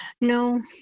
No